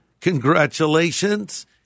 congratulations